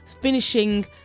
finishing